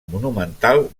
monumental